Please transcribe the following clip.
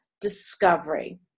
discovery